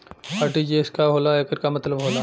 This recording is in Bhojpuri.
आर.टी.जी.एस का होला एकर का मतलब होला?